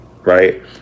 right